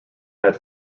had